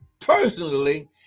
personally